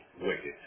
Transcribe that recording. wicked